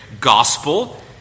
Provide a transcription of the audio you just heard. gospel